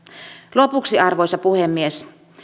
lopuksi arvoisa puhemies